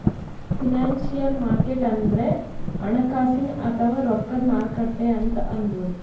financial market ಅಂದ್ರ ಹಣಕಾಸಿನ್ ಅಥವಾ ರೊಕ್ಕದ್ ಮಾರುಕಟ್ಟೆ ಅಂತ್ ಅನ್ಬಹುದ್